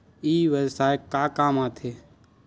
ई व्यवसाय का काम आथे?